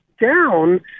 down